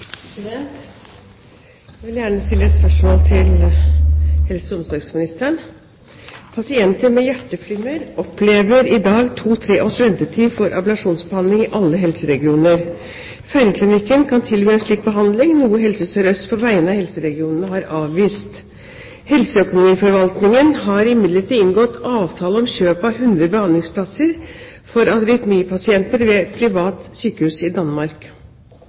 til helse- og omsorgsministeren: «Pasienter med hjerteflimmer opplever i dag to–tre års ventetid for ablasjonsbehandling i alle helseregioner. Feiringklinikken kan tilby slik behandling, noe Helse SørØst på vegne av helseregionene har avvist. Helseøkonomiforvaltningen har imidlertid inngått avtale om kjøp av 100 behandlingsplasser for arytmipasientene ved et privat sykehus i Danmark.